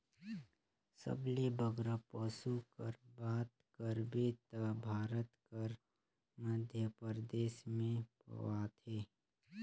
सबले बगरा पसु कर बात करबे ता भारत कर मध्यपरदेस में पवाथें